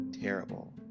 terrible